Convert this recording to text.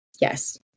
Yes